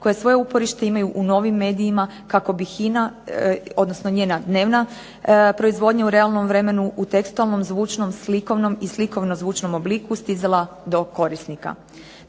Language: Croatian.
koje svoje uporište imaju u novim medijima kako bi njena dnevna proizvodnja u realnom vremenu u tekstualnom, zvučnom, slikovnom i slikovno zvučnom obliku stizala do korisnika.